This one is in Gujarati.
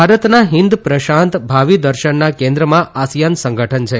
ભારતના હિન્દ પ્રશાંત ભાવીદર્શનના કેન્દ્રમાં આસિયાન સંગઠન છે